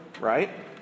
right